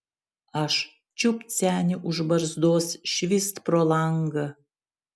aš čiupt senį už barzdos švyst pro langą